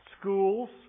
schools